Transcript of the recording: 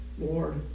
Lord